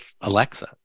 Alexa